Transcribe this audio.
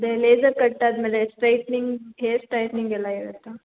ಅದೇ laser cut ಆದಮೇಲೆ straightening hair straightening ಎಲ್ಲ ಇರುತ್ತಾ